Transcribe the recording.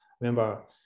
Remember